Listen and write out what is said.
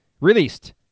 Released